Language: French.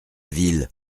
ville